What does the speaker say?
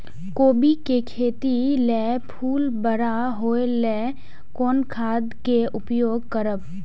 कोबी के खेती लेल फुल बड़ा होय ल कोन खाद के उपयोग करब?